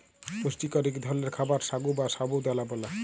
পুষ্টিকর ইক ধরলের খাবার সাগু বা সাবু দালা ব্যালে